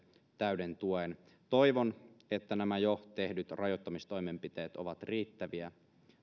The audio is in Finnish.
täyden tuen toivon että nämä jo tehdyt rajoittamistoimenpiteet ovat riittäviä mutta